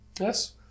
Yes